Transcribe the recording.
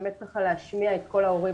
באמת ככה כדי להשמיע את כל ההורים,